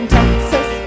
Texas